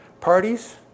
Parties